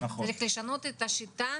צריך לשנות את השיטה,